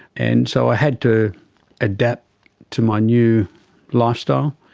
and so i had to adapt to my new lifestyle.